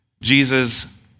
Jesus